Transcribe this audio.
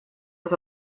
was